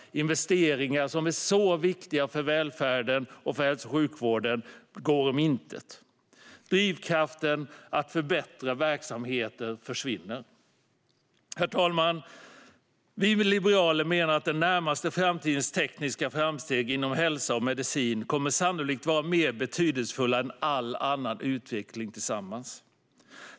Investeringar som är viktiga för välfärden och för hälso och sjukvården går om intet. Drivkraften att förbättra verksamheten försvinner. Herr talman! Vi liberaler menar att den närmaste framtidens tekniska framsteg inom hälsa och medicin sannolikt kommer att vara mer betydelsefulla än all annan utveckling.